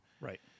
Right